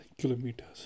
kilometers